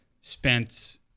spent